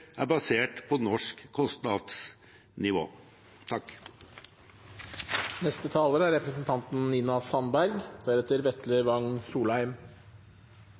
er basert på norsk kostnadsnivå. EØS-avtalen er